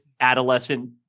adolescent